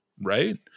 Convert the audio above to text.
right